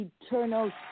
eternal